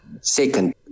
second